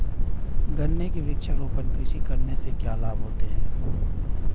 गन्ने की वृक्षारोपण कृषि करने से क्या लाभ होते हैं?